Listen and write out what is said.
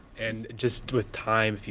and just with time,